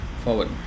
forward